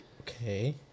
Okay